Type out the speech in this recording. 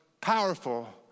powerful